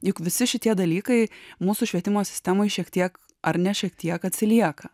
juk visi šitie dalykai mūsų švietimo sistemoj šiek tiek ar ne šiek tiek atsilieka